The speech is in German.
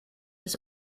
des